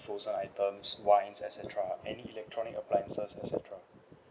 frozen items wines et cetera any electronic appliances et cetera